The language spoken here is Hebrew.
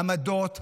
עמדות,